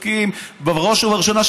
בראש וראשונה,